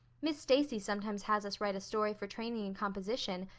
miss stacy sometimes has us write a story for training in composition,